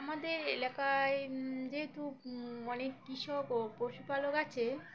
আমাদের এলাকায় যেহেতু অনেক কৃষক ও পশুপালক আছে